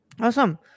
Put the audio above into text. Awesome